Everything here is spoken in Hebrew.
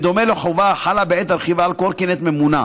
בדומה לחובה החלה בעת הרכיבה על קורקינט ממונע,